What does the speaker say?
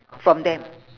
from them